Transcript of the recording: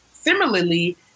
Similarly